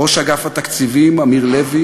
ראש אגף התקציבים אמיר לוי